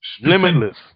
Limitless